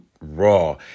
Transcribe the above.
raw